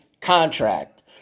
contract